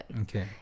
Okay